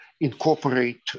incorporate